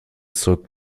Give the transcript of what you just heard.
zurück